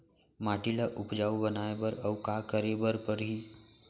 माटी ल उपजाऊ बनाए बर अऊ का करे बर परही?